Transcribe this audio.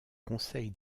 conseil